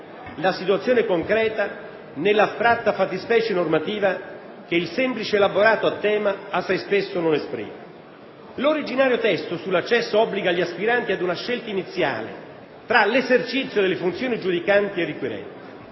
la situazione concreta nell'astratta fattispecie normativa che il semplice elaborato a tema assai spesso non esprime. L'originario testo sull'accesso obbliga gli aspiranti ad una scelta iniziale tra l'esercizio delle funzioni giudicanti e requirenti.